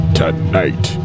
Tonight